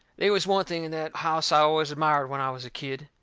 they was one thing in that house i always admired when i was a kid.